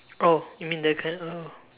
oh you mean that kind oh